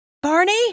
Barney